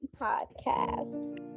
podcast